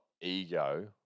ego